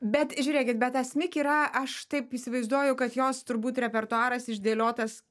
bet žiūrėkit bet asmik yra aš taip įsivaizduoju kad jos turbūt repertuaras išdėliotas